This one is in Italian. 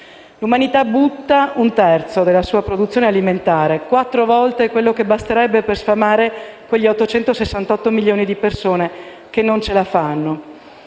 L'umanità butta un terzo della sua produzione alimentare, quattro volte quello che basterebbe per sfamare quegli 868 milioni di persone che non ce la fanno.